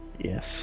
Yes